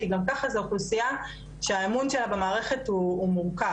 כי גם ככה זאת אוכלוסייה שהאמון שלה במערכת הוא מורכב,